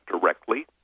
directly